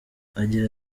agira